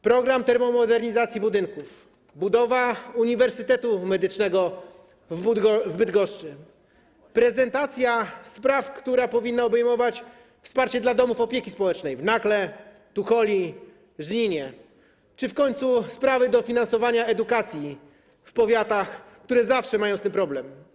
Program termomodernizacji budynków, budowa uniwersytetu medycznego w Bydgoszczy, prezentacja spraw, która powinna obejmować wsparcie dla domów opieki społecznej w Nakle, Tucholi, Żninie czy w końcu sprawę dofinansowania edukacji w powiatach, które zawsze mają z tym problem.